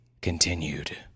continued